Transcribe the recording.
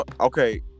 okay